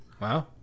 Wow